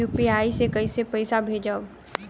UPI से कईसे पैसा भेजब?